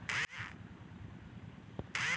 Mobile app की मदद से अपनी फसलों को कैसे बेचें?